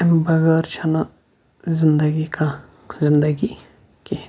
امہِ بَغٲر چھنہٕ زِندَگی کانٛہہ زِندَگی کِہیٖنۍ تہِ